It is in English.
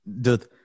Dude